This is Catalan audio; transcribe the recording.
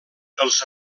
els